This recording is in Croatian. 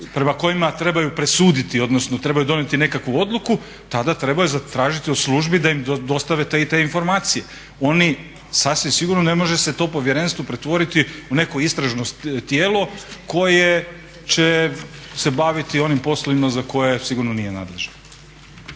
prema kojima trebaju presuditi, odnosno trebaju donijeti nekakvu odluku tada trebaju zatražiti od službi da im dostave te i te informacije. Oni sasvim sigurno ne može se to povjerenstvo pretvoriti u neko istražno tijelo koje će se baviti onim poslovima za koje sigurno nije nadležno.